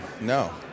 No